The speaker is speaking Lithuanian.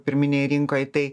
pirminėj rinkoj tai